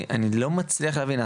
אני לא מצליח להבין,